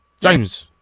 James